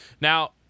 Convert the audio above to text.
now